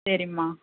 சரிம்மா